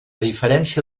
diferència